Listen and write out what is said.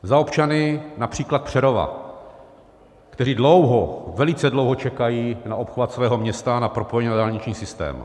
Za občany například Přerova, kteří dlouho, velice dlouho čekají na obchvat svého města a na propojení na dálniční systém.